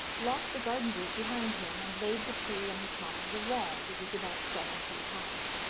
locked the garden-gate behind him, and laid the key on the top of the wall, which is about seven feet high.